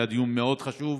היה דיון מאוד חשוב.